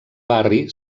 barri